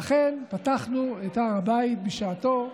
ואכן, פתחנו את הר הבית בשעתו.